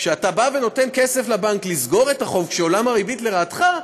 כשאתה בא ונותן כסף לבנק לסגור את החוב כשעולם הריבית לרעתך,